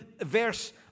verse